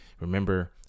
remember